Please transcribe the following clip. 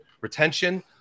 retention